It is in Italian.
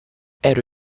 ero